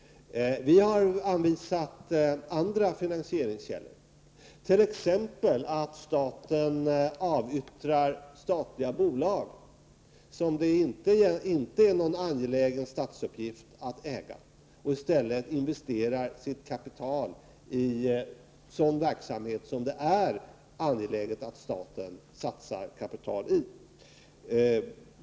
Vi anvisade andra finansieringskällor, t.ex. att staten avyttrar statliga bolag som det inte är en angelägen statlig uppgift att äga och i stället investerar sitt kapital i sådan verksamhet som det är angeläget att staten satsar kapitali.